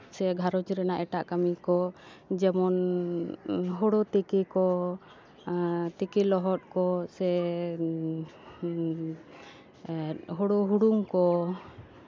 ᱥᱮ ᱜᱷᱟᱨᱚᱸᱡᱽ ᱨᱮᱱᱟᱜ ᱮᱴᱟᱜ ᱠᱟᱹᱢᱤ ᱠᱚ ᱡᱮᱢᱚᱱ ᱦᱩᱲᱩ ᱛᱤᱠᱤ ᱠᱚ ᱛᱤᱠᱤ ᱞᱚᱦᱚᱫ ᱠᱚ ᱥᱮ ᱦᱩᱲᱩ ᱦᱩᱲᱩᱝ ᱠᱚ